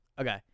Okay